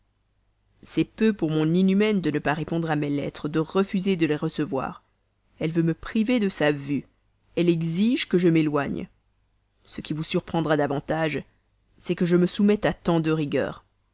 c'est peu pour mon inhumaine de ne pas répondre à mes lettres de refuser de les recevoir elle veut même me priver de sa vue elle exige que je m'éloigne ce qui vous surprendra davantage c'est que je me soumette à tant de rigueur